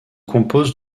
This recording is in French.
compose